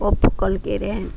ஒப்புக் கொள்கிறேன்